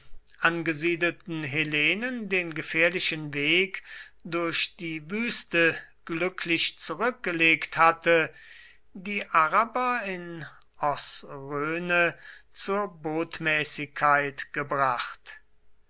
angesiedelten hellenen den gefährlichen weg durch die wüste glücklich zurückgelegt hatte die araber in osrhoene zur botmäßigkeit gebracht